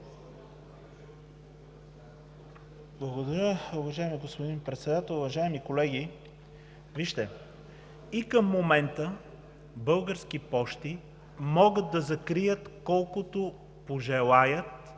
Благодаря, уважаеми господин Председател. Уважаеми колеги, и към момента Български пощи могат да закрият колкото пожелаят